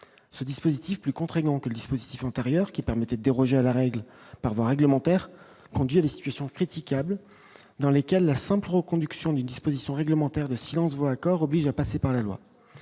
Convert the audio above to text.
ce dispositif plus contraignant que le dispositif antérieur qui permettait de déroger à la règle par voie réglementaire les Suisses sont critiquables dans lesquels la simple reconduction d'une disposition réglementaire de vaut accord oblige à passer par la loi